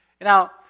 Now